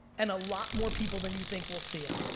and a lot more people than you think will see it.